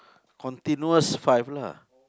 continuous five lah